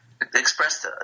expressed